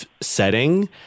setting